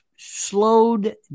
slowed